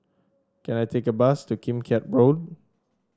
can I take a bus to Kim Keat Road